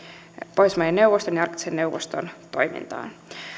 pohjoismaiden neuvoston ja arktisen neuvoston toimintaan